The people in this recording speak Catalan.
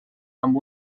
amb